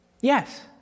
Yes